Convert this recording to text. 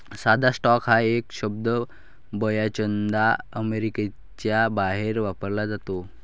साधा स्टॉक हा शब्द बर्याचदा अमेरिकेच्या बाहेर वापरला जातो